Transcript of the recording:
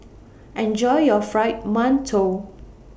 Enjoy your Fried mantou